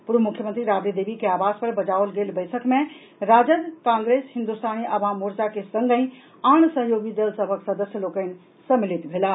पूर्व मुख्यमंत्री राबड़ी देवी के आवास पर बजाओल गेल बैसक मे राजद कांग्रेस हिन्दुस्तानी आवाम मोर्चा के संगहि आन सहयोगी दल सभक सदस्य लोकनि सम्मिलित भेलाह